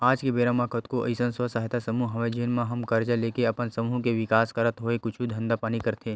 आज के बेरा म कतको अइसन स्व सहायता समूह हवय जेन मन ह करजा लेके अपन समूह के बिकास करत होय कुछु धंधा पानी करथे